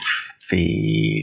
feed